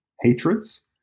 hatreds